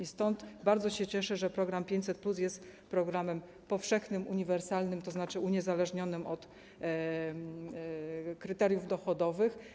I dlatego bardzo się cieszę, że program 500+ jest programem powszechnym, uniwersalnym, tzn. uniezależnionym od kryteriów dochodowych.